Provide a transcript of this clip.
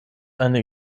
eine